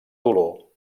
dolor